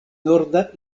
norda